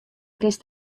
kinst